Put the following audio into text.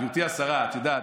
את יודעת,